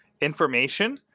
information